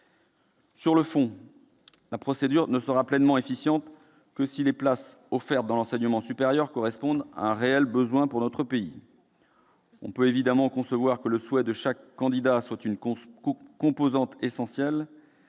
Sur le fond, la procédure ne sera pleinement efficiente que si les places offertes dans l'enseignement supérieur correspondent à un réel besoin pour notre pays. On peut évidemment concevoir que le souhait de chaque candidat soit une composante essentielle,